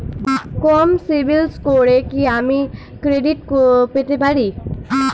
কম CIBIL স্কোরে কি আমি ক্রেডিট পেতে পারি?